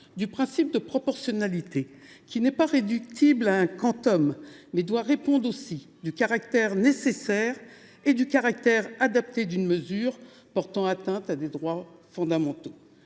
du principe de proportionnalité, qui n’est pas réductible à un quantum, mais qui doit répondre aussi du caractère nécessaire et adapté d’une mesure portant atteinte à des droits fondamentaux.